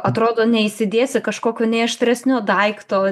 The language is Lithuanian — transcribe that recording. atrodo neįsidėsi kažkokio nei aštresnio daikto